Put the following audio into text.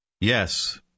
Yes